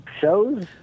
shows